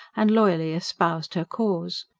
and loyally espoused her cause.